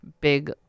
big